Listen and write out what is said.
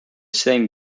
same